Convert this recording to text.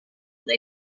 they